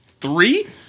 three